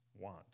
want